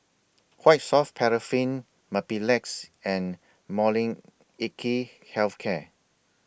Quite Soft Paraffin Mepilex and Molnylcke Health Care